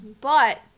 But-